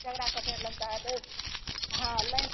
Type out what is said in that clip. झगड़ा करने लगता है तो हाँ लइन